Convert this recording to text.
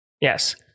Yes